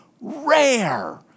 rare